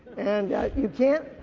and you can't,